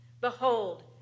Behold